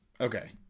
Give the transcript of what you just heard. Okay